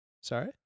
Sorry